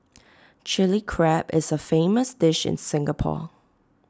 Chilli Crab is A famous dish in Singapore